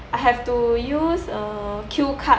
I have to use a cue card